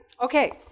Okay